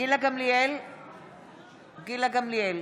גילה גמליאל,